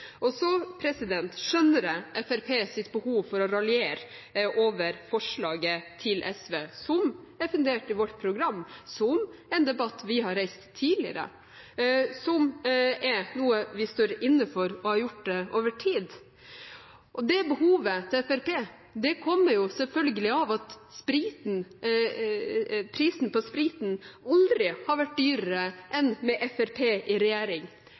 løse. Så skjønner jeg Fremskrittspartiets behov for å raljere over forslaget til SV, som er fundert i vårt program, som er en debatt vi har reist tidligere, og som er noe vi står inne for og har gjort over tid. Og det behovet til Fremskrittspartiet kommer selvfølgelig av at spriten aldri har vært dyrere enn med Fremskrittspartiet i regjering.